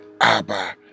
Abba